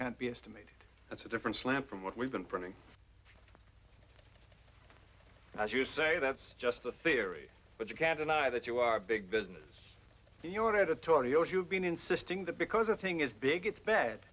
can't be estimated that's a different slant from what we've been printing as you say that's just a theory but you can't deny that you are big business to your editorial you've been insisting that because a thing is big it's bad